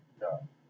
yeah